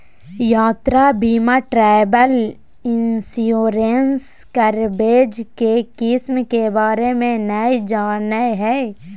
यात्रा बीमा travel insurance coverage के किस्म के बारे में नय जानय हइ